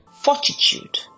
Fortitude